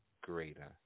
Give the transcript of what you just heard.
greater